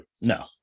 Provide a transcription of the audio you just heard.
No